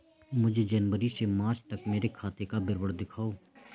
मुझे जनवरी से मार्च तक मेरे खाते का विवरण दिखाओ?